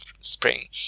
Spring